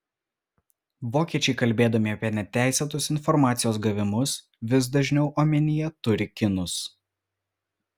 vokiečiai kalbėdami apie neteisėtus informacijos gavimus vis dažniau omenyje turi kinus